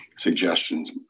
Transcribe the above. Suggestions